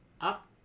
Up